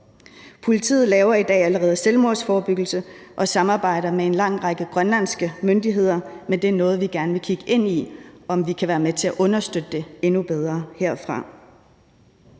Politiet laver allerede i dag selvmordsforebyggelse og samarbejder med en lang række grønlandske myndigheder, men det er noget, vi gerne vil kigge ind i for at se, om det er noget, vi kan være med til at understøtte endnu bedre herfra.